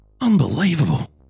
unbelievable